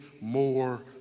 more